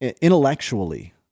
intellectually